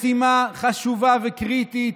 משימה חשובה וקריטית